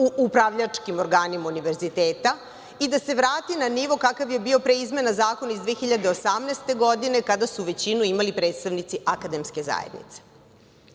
upravljačkim organima univerziteta i da se vrati na nivo kakav je bio pre izmena Zakona iz 2018. godine, kada su većinu imali predstavnici akademske zajednice. Drugim